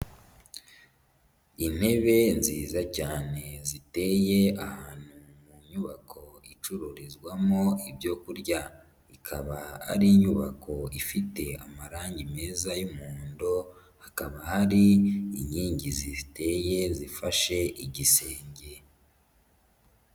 Intebe nziza cyane ziteye ahantu mu nyubako icururizwamo ibyo kurya. Ikaba ari inyubako ifite amarangi meza y'umuhondo, hakaba hari inkingi ziteye, zifashe igisenge.